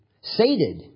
sated